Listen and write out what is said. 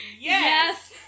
Yes